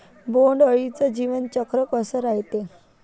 बोंड अळीचं जीवनचक्र कस रायते?